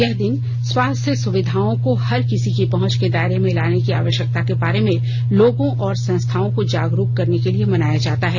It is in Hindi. यह दिन स्वास्थ्य सुविधाओं को हर किसी की पहुंच के दायरे में लाने की आवश्यकता के बारे में लोगों और संस्थाओं को जागरूक करने के लिए मनाया जाता है